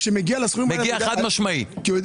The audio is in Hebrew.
חד משמעית מגיע.